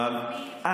ועובדים סוציאליים,